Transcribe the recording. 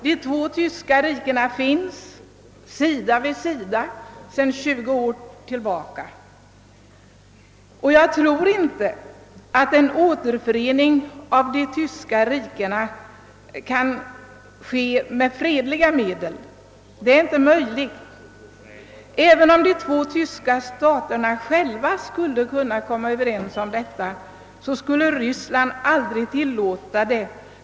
De två tyska rikena existerar sida vid sida sedan 20 år tillbaka, och jag tror inte att en återförening av dem kan ske med fredliga medel. även om de två tyska staterna själva skulle komma överens härom skulle Ryssland aldrig tillåta en återförening.